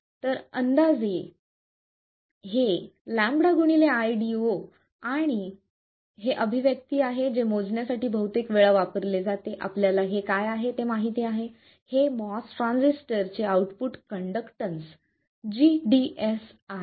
तर हे अंदाजे λ ID0 आणि हे अभिव्यक्ती आहे जे हे मोजण्यासाठी बहुतेक वेळा वापरले जाते आपल्याला हे काय आहे हे माहित आहे हे MOS ट्रान्झिस्टरचे आऊटपुट कंडक्टन्स gds आहे